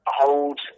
hold